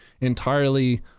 entirely